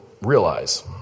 realize